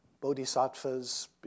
bodhisattvas